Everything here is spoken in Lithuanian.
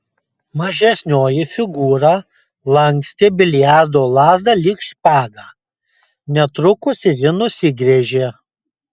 mažesnioji figūra lankstė biliardo lazdą lyg špagą netrukus ir ji nusigręžė